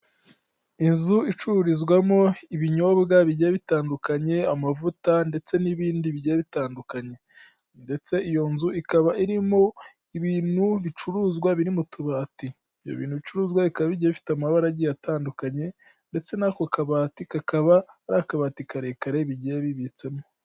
Inzu icururizwamo ibinyobwa bigiye bitandukanye amavuta ndetse n'ibindi bigiye bitandukanye ndetse iyo nzu ikaba irimo ibintu bicuruzwa biri mu tubati, ibyo bintu bicuruzwa bikaba bigiye bifite amabara agiye atandukanye ndetse n'ako kabati kakaba ari akabati karekare bigiye bibitsemo.